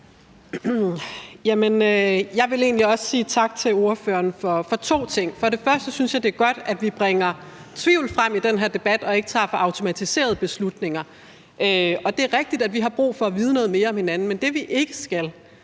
egentlig også sige tak til ordføreren for to ting. For det første synes jeg, det er godt, at vi bringer tvivl frem i den her debat og ikke træffer automatiserede beslutninger. Det er rigtigt, at vi har brug for at vide noget mere om hinanden, men det, vi ikke skal,